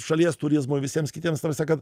šalies turizmo visiems kitiems ta prasme kad